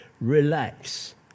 Relax